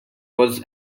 was